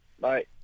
bye